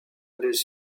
laisse